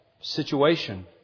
situation